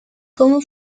como